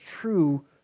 true